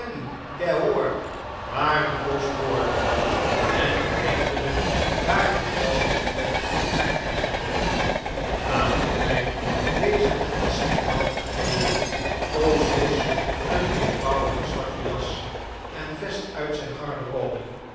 waren jos woorden en eindelijk waren de jas en pet zijn eigendom nadat hij deze ten geschenke had gegeven koos jos een eenvoudige zwarte jas en vest uit zijn garderobe